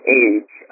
age